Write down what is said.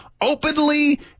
openly